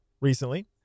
recently